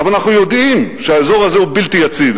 אבל אנחנו יודעים שהאזור הזה הוא בלתי יציב,